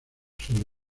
sobre